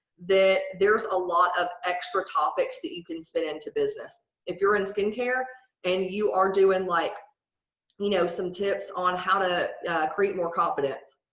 that there's a lot of extra topics that you can spin into business. if you're in skincare and you are doing like you know some tips on how to create more confidence.